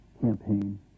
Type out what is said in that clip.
campaign